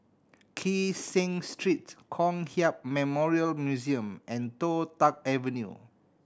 Kee Seng Street Kong Hiap Memorial Museum and Toh Tuck Avenue